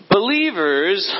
Believers